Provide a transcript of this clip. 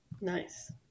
Nice